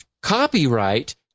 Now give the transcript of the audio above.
copyright